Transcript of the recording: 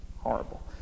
horrible